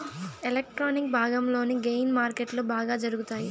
electronic భాగంలోని gain మార్కెట్లో బాగా జరుగుతాయి